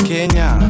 Kenya